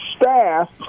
staff